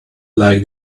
like